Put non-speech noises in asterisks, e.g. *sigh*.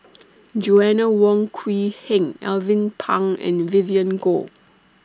*noise* Joanna Wong Quee Heng Alvin Pang and Vivien Goh